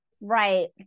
right